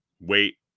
wait